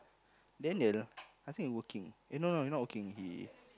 Daniel I think he working eh no no he not working he